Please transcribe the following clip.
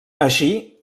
així